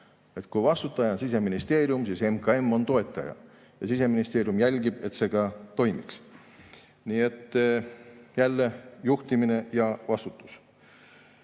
Kui vastutaja on Siseministeerium, siis MKM on toetaja ja Siseministeerium jälgib, et see ka toimiks. Nii et jälle juhtimine ja vastutus. Ja